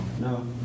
No